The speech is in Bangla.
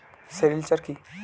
সেরিলচার কি?